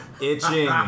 itching